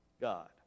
God